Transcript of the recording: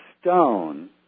stone